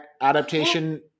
adaptation